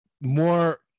more